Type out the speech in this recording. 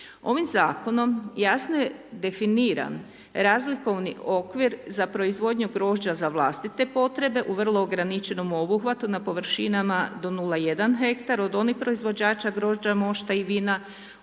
Ovim zakonom jasno je definiran razlikovni okvir za proizvodnju grožđa za vlastite potrebe u vrlo ograničenom obuhvatu na površinama do 0.1 hektar od onih proizvođača grožđa, mošta i vina u